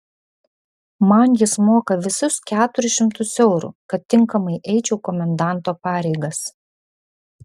man jis moka visus keturis šimtus eurų kad tinkamai eičiau komendanto pareigas